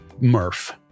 Murph